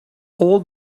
all